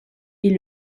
est